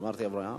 אמרתי אברהם?